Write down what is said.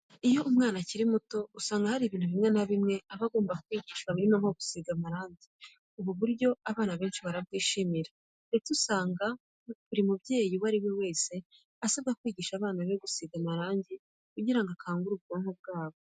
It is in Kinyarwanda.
Iyo umwana akiri muto usanga hari ibintu bimwe na bimwe aba agomba kwigishwa birimo nko gusiga amarange. Ubu buryo abana benshi barabwishimira ndetse usanga buri mubyeyi uwo ari we wese asabwa kwigisha abana be gusiga amarange kugira ngo akangure ubwonko bwabo.